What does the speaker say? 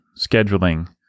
scheduling